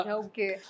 okay